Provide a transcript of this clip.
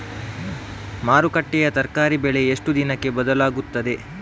ಮಾರುಕಟ್ಟೆಯ ತರಕಾರಿ ಬೆಲೆ ಎಷ್ಟು ದಿನಕ್ಕೆ ಬದಲಾಗುತ್ತದೆ?